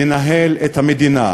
ננהל את המדינה.